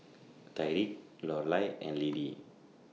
Tyriq Lorelai and Lidie